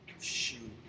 Shoot